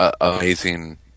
amazing